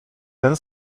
ten